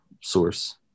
source